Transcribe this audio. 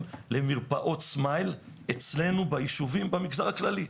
למרפאות סמייל אצלנו ביישובים במגזר הכללי,